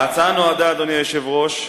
ההצעה נועדה, אדוני היושב-ראש,